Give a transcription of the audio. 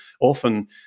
often